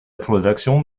production